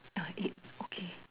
ah eight okay